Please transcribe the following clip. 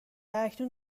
اکنون